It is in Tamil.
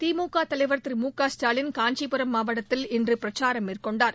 திமுக தலைவர் திரு மு க ஸ்டாலின் காஞ்சிபுரம் மாவட்டத்தில் இன்று பிரச்சாரம் மேற்கொண்டார்